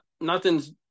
nothing's